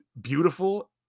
beautiful